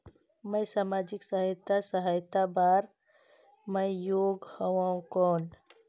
मैं समाजिक सहायता सहायता बार मैं योग हवं कौन?